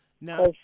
Now